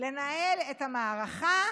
לנהל את המערכה